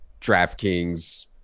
DraftKings